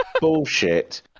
Bullshit